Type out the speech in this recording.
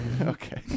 Okay